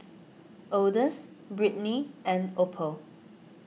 Odus Britny and Opal